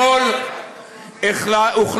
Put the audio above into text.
מה זה קשור